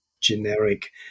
generic